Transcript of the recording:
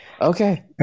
Okay